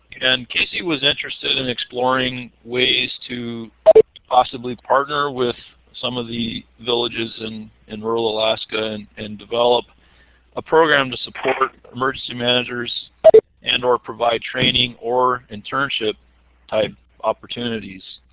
and casey was interested in exploring ways to possibly partner with some of the villages and in rural alaska and and develop a program to support emergency managers and or provide training or internship type opportunities.